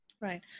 Right